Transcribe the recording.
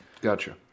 Gotcha